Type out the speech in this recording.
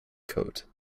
coat